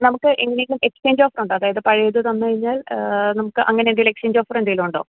നമുക്ക് എങ്ങനേലും എക്സ്ച്ചേഞ്ച് ഓഫറൊണ്ടോ അതായത് പഴയത് തന്ന് കഴിഞ്ഞാൽ നമുക്ക് അങ്ങനെ എന്തേലും എക്സ്ച്ചേയ്ഞ്ച ഓഫറെന്തേലും ഉണ്ടോ